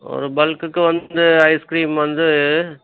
ஒரு பல்க்குக்கு வந்து ஐஸ்கிரீம் வந்து